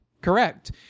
correct